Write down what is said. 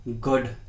good